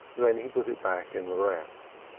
then he put it back in the rest.